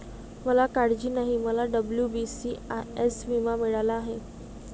मला काळजी नाही, मला डब्ल्यू.बी.सी.आय.एस विमा मिळाला आहे